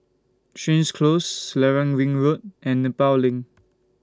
Stangee Close Selarang Ring Road and Nepal LINK